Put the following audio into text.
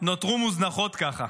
נותרו מוזנחות ככה?